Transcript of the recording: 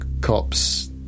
cops